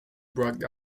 brought